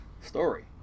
story